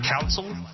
council